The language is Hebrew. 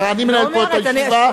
כמה הוא יכול להפריע?